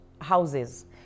houses